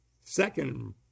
second